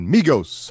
Migos